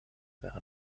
werden